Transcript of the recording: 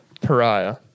Pariah